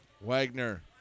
Wagner